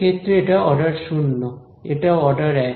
এক্ষেত্রে এটা অর্ডার 0 এটা অর্ডার 1